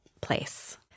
place